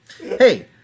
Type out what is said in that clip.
Hey